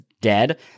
dead